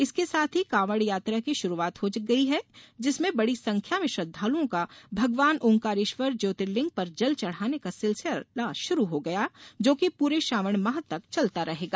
इसके साथ ही कावड़ यात्रा की शुरुआत हो गई हैं जिसमे बड़ी संख्या में श्रद्धालुओ का भगवान ओंकारेश्वर ज्योतिर्लिंग पर जल चढ़ाने का सिलसिला शुरू हो गया जो की पूरे श्रावण माह तक चलता रहेगा